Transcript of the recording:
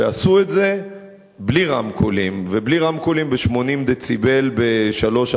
ועשו את זה בלי רמקולים ובלי רמקולים ב-80 דציבל ב-03:00,